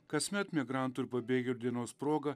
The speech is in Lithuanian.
kasmet migrantų ir pabėgėlių dienos proga